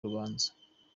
urubanza